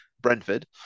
Brentford